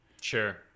Sure